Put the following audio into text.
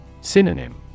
Synonym